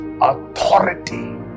authority